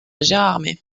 gérardmer